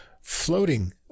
floating